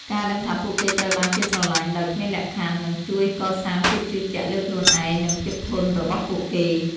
ការដឹងថាពួកគេត្រូវបានគេស្រឡាញ់ដោយគ្មានលក្ខខណ្ឌ នឹងជួយកសាងភាពជឿជាក់លើខ្លួនឯង និងភាពធន់របស់ពួកគេ។